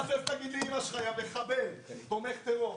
ת'חפף תגיד לאימא שלך, יא מחבל, תומך טרור.